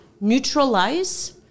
neutralize